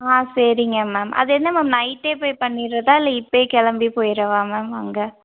ஆ சரிங்க மேம் அது என்ன மேம் நைட்டே போய் பண்ணிடுறதா இல்லை இப்ப கிளம்பி போய்டவா மேம் அங்கே